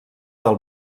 del